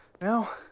Now